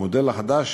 המודל החדש